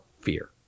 fear